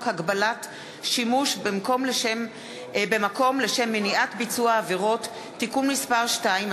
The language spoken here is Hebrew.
הגבלת שימוש במקום לשם מניעת ביצוע עבירות (תיקון מס' 2),